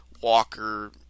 Walker